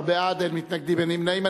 17 בעד, אין מתנגדים, אין נמנעים.